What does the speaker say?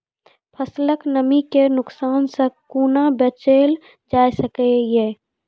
फसलक नमी के नुकसान सॅ कुना बचैल जाय सकै ये?